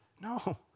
No